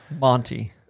Monty